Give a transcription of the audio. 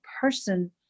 person